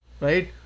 right